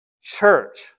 church